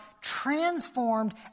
transformed